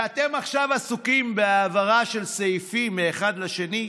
ואתם עכשיו עסוקים בהעברה של סעיפים מאחד לשני,